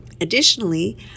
additionally